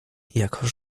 jako